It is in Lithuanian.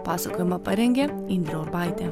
pasakojimą parengė indrė urbaitė